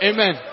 Amen